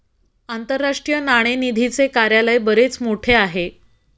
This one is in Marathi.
आंतरराष्ट्रीय नाणेनिधीचे कार्यालय बरेच मोठे आहे